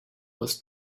was